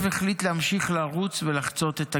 החליט להמשיך לרוץ ולחצות את הכביש.